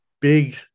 big